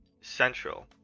central